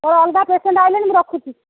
ମୋର ଅଲଗା ପେସେଣ୍ଟ୍ ଆସିଲେଣି ମୁଁ ରଖୁଛି